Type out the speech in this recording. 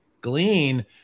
glean